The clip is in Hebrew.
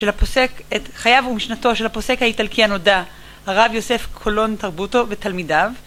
של הפוסק את חייו ומשנתו של הפוסק האיטלקי הנודע הרב יוסף קולון טרבוטו ותלמידיו